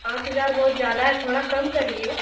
पाँच हज़ार बहुत ज़्यादा है थोड़ा कम करिए